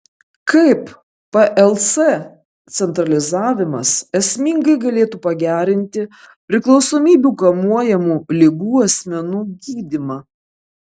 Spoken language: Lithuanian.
kaip plc centralizavimas esmingai galėtų pagerinti priklausomybių kamuojamų ligų asmenų gydymą